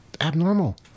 abnormal